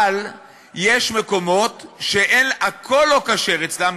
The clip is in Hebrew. אבל יש מקומות שהכול לא כשר אצלם,